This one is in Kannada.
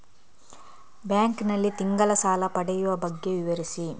ಬ್ಯಾಂಕ್ ನಲ್ಲಿ ತಿಂಗಳ ಸಾಲ ಪಡೆಯುವ ಬಗ್ಗೆ ವಿವರಿಸಿ?